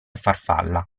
farfalla